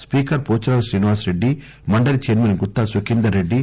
speaker Pocharam Srinivas Reddy మండలి chairman Gutha Sukhender Reddy